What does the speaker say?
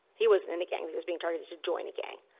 he wasn't in a gang. he was being targeted to join a gang.